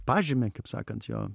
pažymį kaip sakant jo